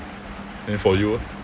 then for you